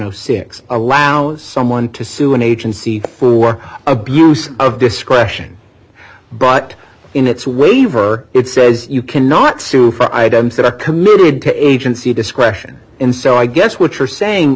and six allow someone to sue an agency for abuse of discretion but in its waiver it says you cannot sue for items that are committed to agency discretion and so i guess what you're saying